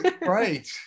right